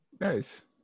Nice